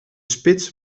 spits